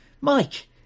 Mike